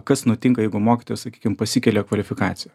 kas nutinka jeigu mokytojas sakykim pasikelia kvalifikaciją